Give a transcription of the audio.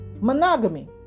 monogamy